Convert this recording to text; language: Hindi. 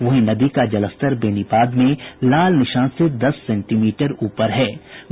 वहीं नदी का जलस्तर बेनीबाद में लाल निशान से दस सेंटीमीटर ऊपर बना हुआ है